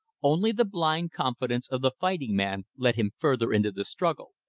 only the blind confidence of the fighting man led him further into the struggle.